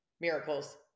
miracles